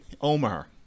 Omar